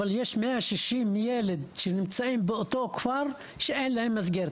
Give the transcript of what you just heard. אבל יש 160 ילד שנמצאים באותו כפר שאין להם מסגרת.